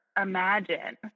imagine